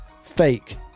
fake